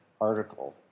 article